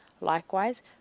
Likewise